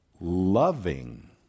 loving